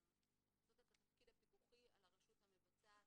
לעשות את התפקיד הפיקוחי על הרשות המבצעת.